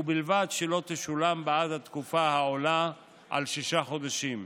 ובלבד שלא תשולם בעד תקופה העולה על שישה חודשים.